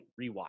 rewatch